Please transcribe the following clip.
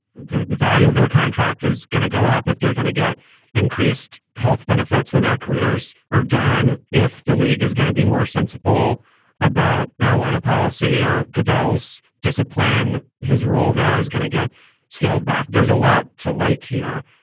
the the value of their contract is going to go up if they're going to get increased health benefits when their careers are done. if the league is going to be more sensible about marijuana policy here, goodell's discipline, his role there is going to get scaled back. there's a lot to like here.